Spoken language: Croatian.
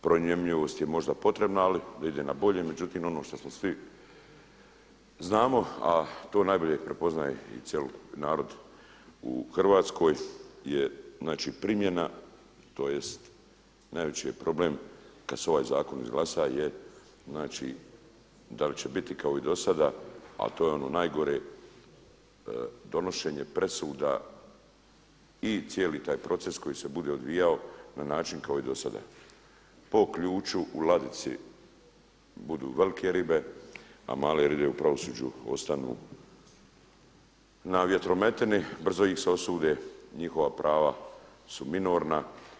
Promjenjivost je možda potrebna, ali da ide na bolje, međutim, ono što svi znamo a to najbolje prepoznaje i cjelokupni narod u Hrvatskoj je znači primjena tj. najveći je problem kada se ovaj zakon izglasa je znači da li će biti kao i do sada, a to je ono najgore donošenje presuda i cijeli taj proces koji se bude odvijao na način kao i dosada po ključu u ladici budu velike ribe, a male ribe u pravosuđu ostanu na vjetrometini, brzo ih se osudi, njihova prava su minorna.